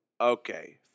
Okay